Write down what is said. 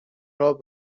راه